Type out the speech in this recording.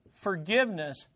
forgiveness